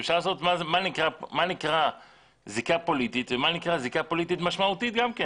אפשר לעשות מה נקרא זיקה פוליטית ומה נקרא זיקה פוליטית משמעותי גם כן.